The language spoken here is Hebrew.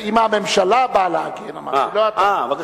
אם הממשלה באה להגן, אה, בבקשה.